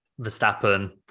Verstappen